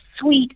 sweet